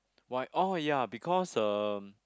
why oh ya because um